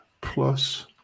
plus